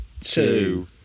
two